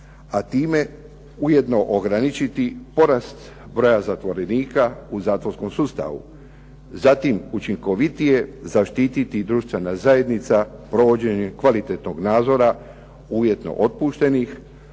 a time ujedno ograničiti porast broja zatvorenika u zatvorskom sustavu. Zatim učinkovitije zaštititi društvena zajednica provođenjem kvalitetnog nadzora uvjetno otpuštenih